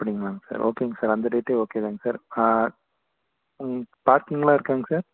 அப்படிங்களாங்க sir ஓகேங்க sir அந்த டேட்டே ஓகே தாங்க சார் ஆ உங் பார்க்கிங்கெல்லாம் இருக்காங்க சார்